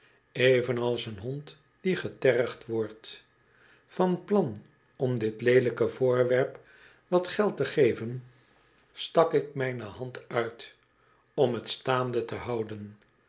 evenals een hond die getergd wordt van plan om dit leelijke voorwerp wat geld te geven stak ik mijne hand uit om t staande te houden